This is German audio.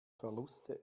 verluste